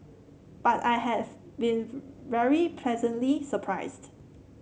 but I've been very pleasantly surprised